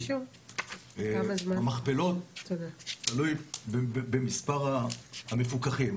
במכפלות זה תלוי במספר המפוקחים,